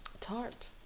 Tart